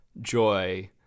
joy